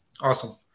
Awesome